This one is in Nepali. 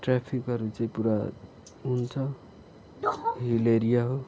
ट्राफिकहरू चाहिँ पुरा हुन्छ हिल एरिया हो